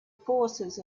forces